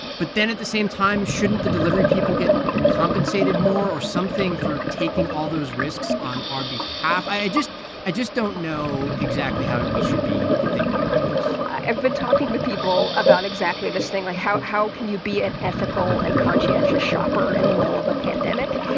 but then at the same time, shouldn't the delivery people get compensated more or something for taking all those risks on our behalf? i just i just don't know exactly how we should be thinking about this i've been talking to people about exactly this thing. like, how how can you be an ethical and conscientious shopper in the middle of a pandemic?